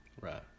Right